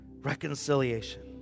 Reconciliation